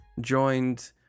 joined